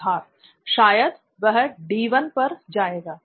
सिद्धार्थ शायद वह D1 पर जाएगा